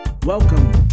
Welcome